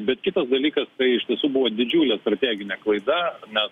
bet kitas dalykas tai iš tiesų buvo didžiulė strateginė klaida nes